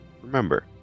Remember